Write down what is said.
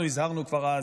אנחנו הזהרנו כבר אז,